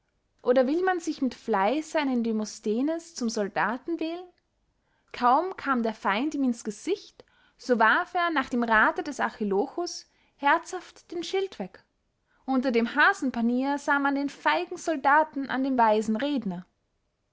oder will man sich mit fleisse einen demosthenes zum soldaten wählen kaum kam der feind ihm ins gesicht so warf er nach dem rathe des archilochus herzhaft den schild weg unter dem hasenpanier sah man den feigen soldaten an dem weisen redner